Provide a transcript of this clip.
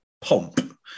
pomp